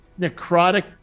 necrotic